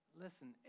listen